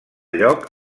lloc